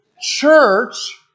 church